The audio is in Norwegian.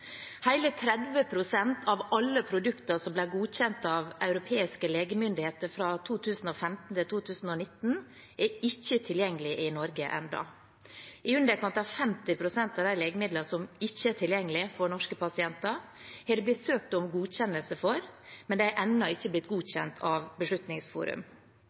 av alle produkter som ble godkjent av europeiske legemiddelmyndigheter fra 2015 til 2019, er ikke tilgjengelig i Norge ennå. I underkant av 50 pst. av de legemidlene som ikke er tilgjengelig for norske pasienter, har det blitt søkt om godkjennelse for, men de er ennå ikke blitt godkjent av Beslutningsforum.